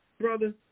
brother